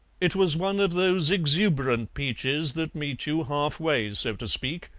it was one of those exuberant peaches that meet you halfway, so to speak,